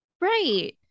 Right